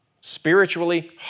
spiritually